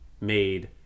made